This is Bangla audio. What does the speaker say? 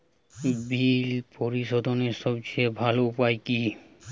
বিল পরিশোধের সবচেয়ে ভালো উপায় কী?